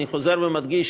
אני חוזר ומדגיש,